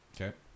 Okay